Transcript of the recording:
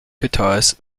guitarist